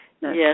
Yes